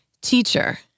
Teacher